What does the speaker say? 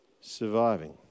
surviving